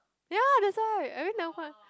ya that's why I always never 换